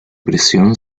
presión